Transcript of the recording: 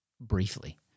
briefly